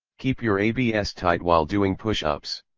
keep your abs tight while doing push ups.